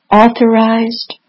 authorized